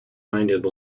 minded